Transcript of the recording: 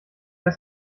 das